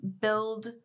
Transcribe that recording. build